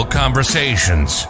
conversations